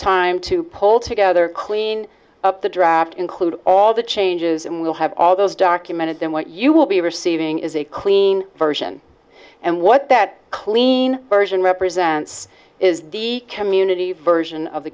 time to pull together clean up the draft including all the changes and we'll have all those documented then what you will be receiving is a clean version and what that clean version represents is the community version of the